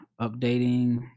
updating